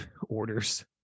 orders